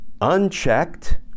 unchecked